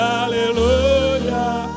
Hallelujah